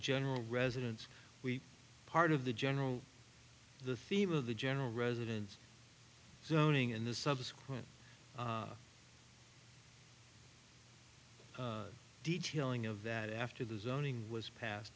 general residence we part of the general the theme of the general residence zoning and the subsequent detailing of that after the zoning was passed